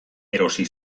erosi